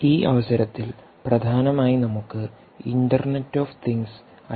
ഈ അവസരത്തിൽ പ്രധാനമായി നമുക്ക് ഇൻറർനെറ്റ് ഓഫ് തിങ്ങ്സ് ഐ